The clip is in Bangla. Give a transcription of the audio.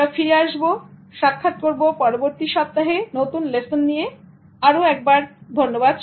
আমরা ফিরে আসবো সাক্ষাৎ করব পরবর্তী সপ্তাহে নতুন লেসন নিয়ে আর একবার ধন্যবাদ